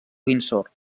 windsor